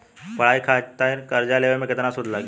पढ़ाई खातिर कर्जा लेवे पर केतना सूद लागी?